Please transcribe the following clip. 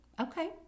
okay